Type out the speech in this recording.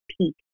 peak